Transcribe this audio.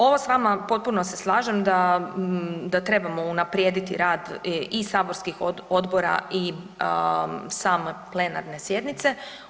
Ovo s vama potpuno se slažem da trebamo unaprijediti rad i saborskih odbora i same plenarne sjednice.